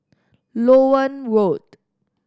Loewen Road